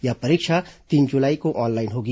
यह परीक्षा तीन जुलाई को ऑनलाइन होगी